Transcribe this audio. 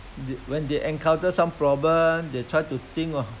when they encounter some problem they try to think of